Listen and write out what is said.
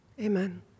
Amen